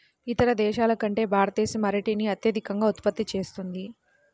ఇతర దేశాల కంటే భారతదేశం అరటిని అత్యధికంగా ఉత్పత్తి చేస్తుంది